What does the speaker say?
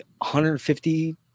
150